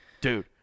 Dude